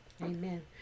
Amen